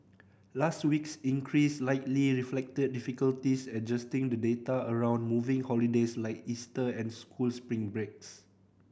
last week's increase likely reflected difficulties adjusting the data around moving holidays like Easter and school spring breaks